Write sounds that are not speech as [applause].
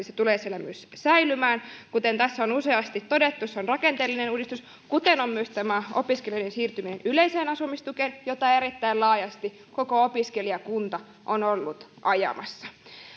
[unintelligible] se tulee siellä myös säilymään kuten tässä on useasti todettu se on rakenteellinen uudistus kuten on myös tämä opiskelijoiden siirtyminen yleiseen asumistukeen jota erittäin laajasti koko opiskelijakunta on ollut ajamassa